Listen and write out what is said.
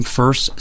first